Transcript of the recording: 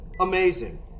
amazing